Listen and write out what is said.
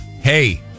Hey